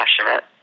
passionate